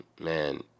man